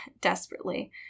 desperately